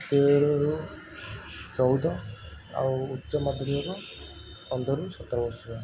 ତେରରୁ ଚଉଦ ଆଉ ଉଚ୍ଚ ମାଧ୍ୟମିକ ପନ୍ଦରରୁ ସତରବର୍ଷ ଯାଏଁ